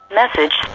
message